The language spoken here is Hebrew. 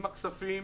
עם הכספים,